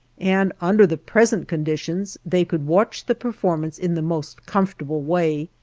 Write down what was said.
and under the present conditions they could watch the performance in the most comfortable way.